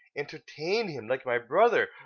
entertain him like my brother,